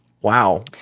Wow